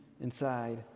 inside